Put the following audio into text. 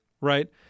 right